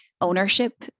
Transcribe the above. ownership